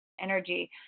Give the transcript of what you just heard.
energy